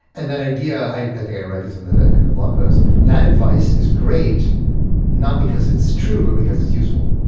and that idea i think i write this in the in the blog post. that advice is great not because it's true, but because it's useful.